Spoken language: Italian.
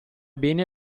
bene